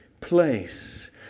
place